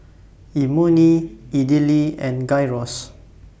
Imoni Idili and Gyros